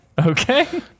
okay